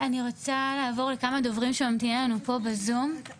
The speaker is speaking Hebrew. אני רוצה לעבור אל כמה דוברים שממתינים לנו פה בזום.